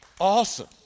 Awesome